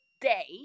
day